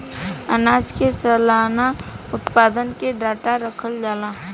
आनाज के सलाना उत्पादन के डाटा रखल जाला